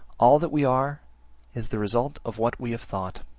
all that we are is the result of what we have thought